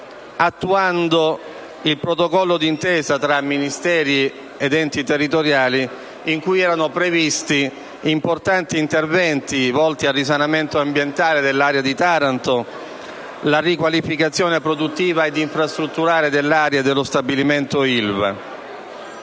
attuando il protocollo d'intesa tra Ministeri ed enti territoriali in cui erano previsti importanti interventi volti al risanamento ambientale dell'area di Taranto e alla riqualificazione produttiva ed infrastrutturale dell'area dello stabilimento Ilva.